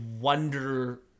wonder